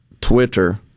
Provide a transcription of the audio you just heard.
Twitter